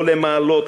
לא למעלות,